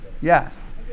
yes